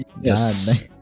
yes